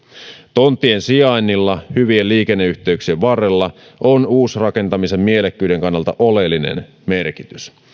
tonttien sijainnilla hyvien liikenneyhteyksien varrella on uusrakentamisen mielekkyyden kannalta oleellinen merkitys